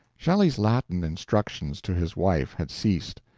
shelley's latin instructions to his wife had ceased.